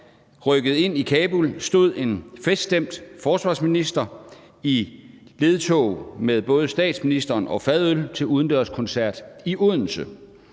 rykkede ind i Kabul, stod en feststemt forsvarsminister i ledtog med både statsministeren og fadøl til udendørskoncert i Odense